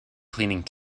cleaning